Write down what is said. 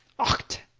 ocht!